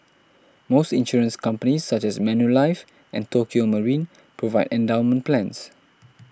most insurance companies such as Manulife and Tokio Marine provide endowment plans